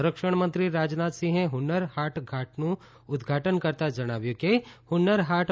સંરક્ષણમંત્રી રાજનાથસિંહે હુન્નર હાટનું ઉદઘાટન કરતાં જણાવ્યું હતું કે હુન્નર હાટ